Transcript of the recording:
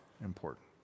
important